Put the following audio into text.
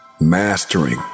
mastering